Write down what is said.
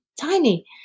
tiny